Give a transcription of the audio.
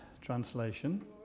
Translation